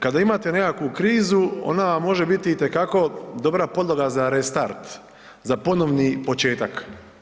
Kada imate nekakvu krizu ona vam može biti itekako dobra podloga za restart, za ponovni početak.